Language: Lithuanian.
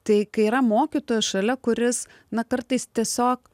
tai kai yra mokytojas šalia kuris na kartais tiesiog